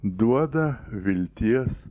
duoda vilties